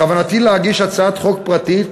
בכוונתי להגיש הצעת חוק פרטית